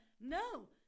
no